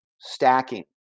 stacking